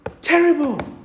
terrible